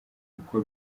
kuko